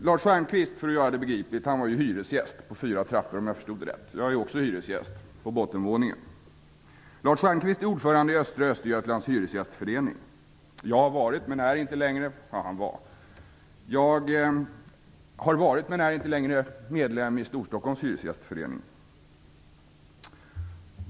För att göra det begripligt kan jag säga att Lars Stjernkvist är hyresgäst på fyra trappor, om jag förstod det rätt. Jag är också hyresgäst -- på bottenvåningen. Lars Stjernkvist var ordförande i Östra Östergötlands hyresgästförening. Jag har varit, men är inte längre, medlem i Storstockholms hyresgästförening.